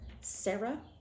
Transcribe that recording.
Sarah